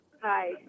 Hi